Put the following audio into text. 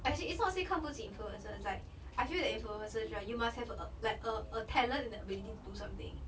I say it's not say 看不起 influencers it's like I feel that influencers right you must have a like a a talent and ability to do something